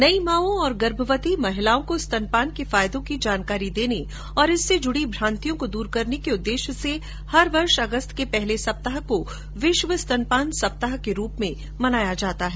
नई मांओ और गर्भवती महिलाओं को स्तनपान के फायदों की जानकारी देने और इससे जुडी भ्रांतियों को दूर करने के उद्देश्य से हर वर्ष अगस्त के पहले सप्ताह को विश्व स्तनपान सप्ताह के रूप में मनाया जाता है